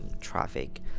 traffic